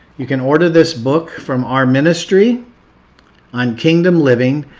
you can order this book from our ministry on kingdom living,